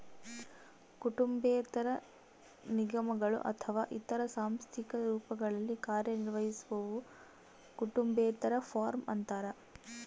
ಕುಟುಂಬೇತರ ನಿಗಮಗಳು ಅಥವಾ ಇತರ ಸಾಂಸ್ಥಿಕ ರೂಪಗಳಲ್ಲಿ ಕಾರ್ಯನಿರ್ವಹಿಸುವವು ಕುಟುಂಬೇತರ ಫಾರ್ಮ ಅಂತಾರ